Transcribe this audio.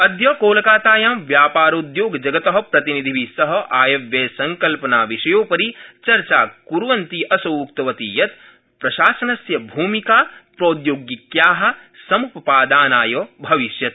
अद्य कोलकातायां व्यापारोद्योगजगत प्रतिनिधिभि सह आयव्ययसंकल्पनाविषयोपरि चर्चा कुर्वन्ती असौ उक्तवती यत् प्रशासनस्य भूमिका प्रौद्योगिक्या समुपपादनाय भविष्यति